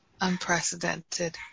unprecedented